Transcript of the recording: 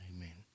Amen